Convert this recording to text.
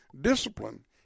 discipline